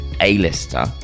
A-lister